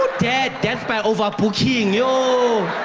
yo dead, death by overbooking, yo